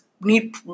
need